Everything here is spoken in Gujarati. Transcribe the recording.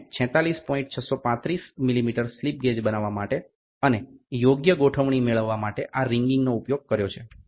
635 મિલિમીટર સ્લિપ ગેજ બનાવવા માટે અને યોગ્ય ગોઠવણી મેળવવા માટે આ રિંગિંગનો ઉપયોગ કર્યો છે